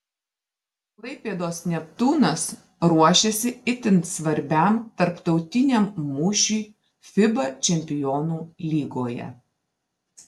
klaipėdos neptūnas ruošiasi itin svarbiam tarptautiniam mūšiui fiba čempionų lygoje